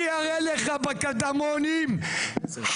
אני אראה לך בקטמונים 50,